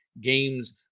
games